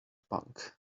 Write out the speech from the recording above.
punk